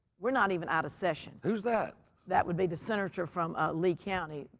we're not even out of session. who's that? that would be the senator from ah lee county,